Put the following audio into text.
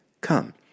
Come